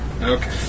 Okay